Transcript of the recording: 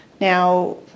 Now